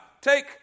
take